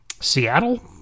Seattle